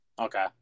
Okay